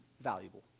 valuable